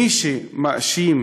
מי שמאשים